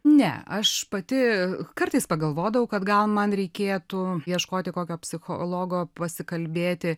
ne aš pati kartais pagalvodavau kad gal man reikėtų ieškoti kokio psichologo pasikalbėti